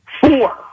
Four